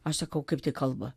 aš sakau kaip tai kalba